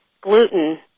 gluten